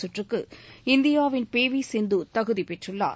சுற்றுக்கு இந்தியாவின் P V Sindhu தகுதி பெற்றுள்ளார்